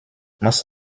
most